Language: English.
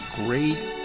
great